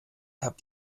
habt